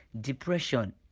depression